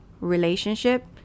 relationship